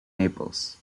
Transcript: naples